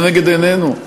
לנגד עינינו.